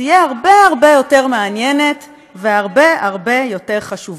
תהיה הרבה הרבה יותר מעניינת והרבה הרבה יותר חשובה.